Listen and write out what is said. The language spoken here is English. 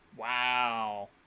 Wow